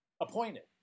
appointed